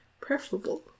preferable